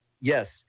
Yes